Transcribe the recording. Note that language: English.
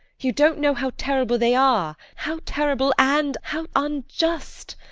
you don't know how terrible they are, how terrible and how unjust.